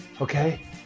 okay